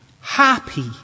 happy